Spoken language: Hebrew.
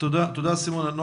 תודה סימונה.